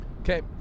Okay